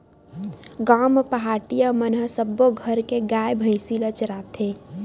गाँव म पहाटिया मन ह सब्बो घर के गाय, भइसी ल चराथे